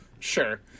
Sure